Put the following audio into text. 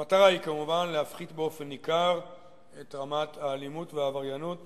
המטרה היא כמובן להפחית באופן ניכר את רמת האלימות והעבריינות